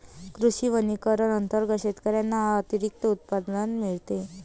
कृषी वनीकरण अंतर्गत शेतकऱ्यांना अतिरिक्त उत्पन्न मिळते